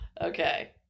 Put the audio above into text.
Okay